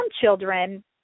children